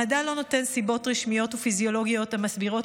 המדע לא נותן סיבות רשמיות ופיזיולוגיות המסבירות